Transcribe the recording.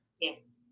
Yes